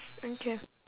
okay